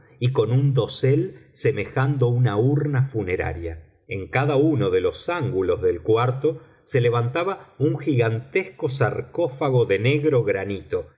y con un dosel semejando una urna funeraria en cada uno de los ángulos del cuarto se levantaba un gigantesco sarcófago de negro granito